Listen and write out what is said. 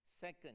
Second